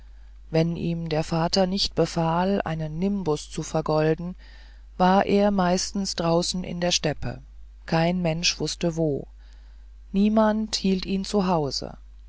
wenn ihm der vater nicht befahl einen nimbus zu vergolden war er meistens draußen in der steppe kein mensch wußte wo niemand hielt ihn